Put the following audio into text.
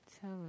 tell